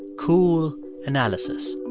cool analysis.